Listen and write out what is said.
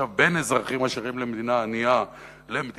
בין אזרחים עשירים ומדינה ענייה לבין